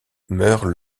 meurt